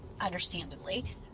understandably